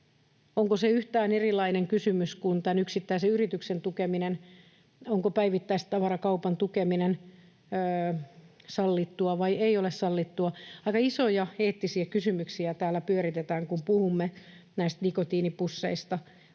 Onko se yhtään erilainen kysymys kuin tämän yksittäisen yrityksen tukeminen? Onko päivittäistavarakaupan tukeminen sallittua vai ei? Aika isoja eettisiä kysymyksiä täällä pyöritetään, kun puhumme näistä nikotiinipusseista.